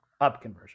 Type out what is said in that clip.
upconversion